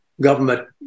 government